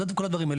את כל הדברים האלה,